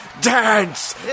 Dance